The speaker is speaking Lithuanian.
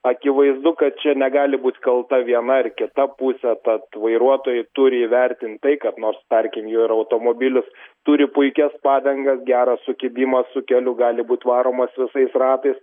akivaizdu kad čia negali būt kalta viena ar kita pusė tad vairuotojai turi įvertint tai kad nors tarkim jo ir automobilis turi puikias padangas gerą sukibimą su keliu gali būt varomas visais ratais